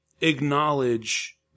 acknowledge